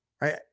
Right